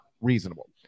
reasonable